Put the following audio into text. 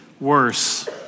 worse